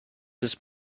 his